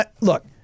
Look